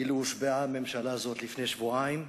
אילו הושבעה הממשלה הזאת לפני שבועיים,